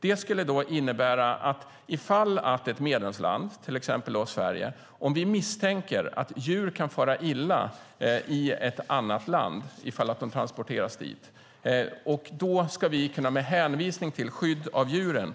Den skulle innebära att om ett medlemsland, till exempel Sverige, misstänker att djur kan fara illa vid transport till ett annat land, kan Sverige med hänvisning till skydd av djuren